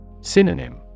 Synonym